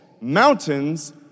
mountains